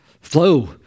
flow